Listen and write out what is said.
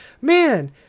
man